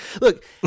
Look